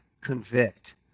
convict